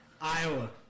Iowa